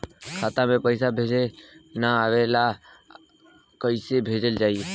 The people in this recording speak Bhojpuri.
खाता में पईसा भेजे ना आवेला कईसे भेजल जाई?